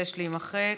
ביקש להימחק,